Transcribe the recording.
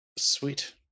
Sweet